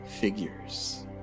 Figures